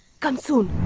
come soon.